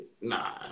Nah